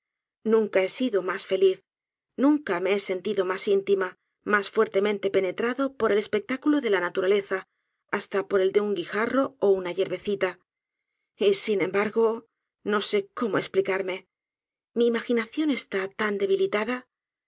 nunca he sido mas feliz nunca me he sentido mas íntima mas fuertemente penetrado por el espectáculo de la naturaleza hasta por el de un guijarro ó una yerbecita y sin embargo no sé cómo esplicarme mi imaginación está tan debilitada